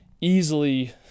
easily